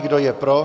Kdo je pro?